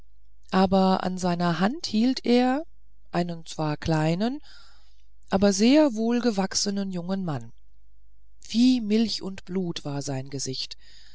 aber an seiner hand hielt er einen zwar kleinen aber sehr wohlgewachsenen jungen mann wie milch und blut war sein gesichtchen